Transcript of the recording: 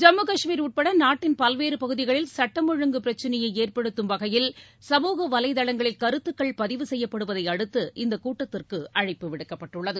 ஜம்மு கஷ்மீர் உட்பட நாட்டின் பல்வேறு பகுதிகளில் சட்டம் ஒழுங்கு பிரச்னையை ஏற்படுத்தும் வகையில் சமூக வலைதளங்களில் கருத்துக்கள் பதிவு செய்யப்படுவதை அடுத்து இந்தக் கூட்டத்திற்கு அழைப்பு விடுக்கப்பட்டுள்ளது